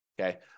okay